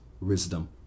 wisdom